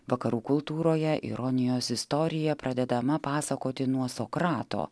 vakarų kultūroje ironijos istorija pradedama pasakoti nuo sokrato